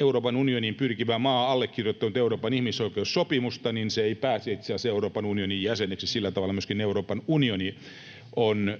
Euroopan unioniin pyrkivä maa ei ole allekirjoittanut Euroopan ihmisoikeussopimusta, niin se ei itse asiassa pääse Euroopan unionin jäseneksi. Sillä tavalla myöskin Euroopan unioni on